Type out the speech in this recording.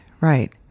Right